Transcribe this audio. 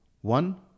one